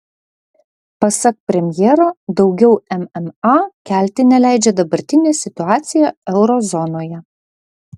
pasak premjero daugiau mma kelti neleidžia dabartinė situacija euro zonoje